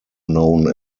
known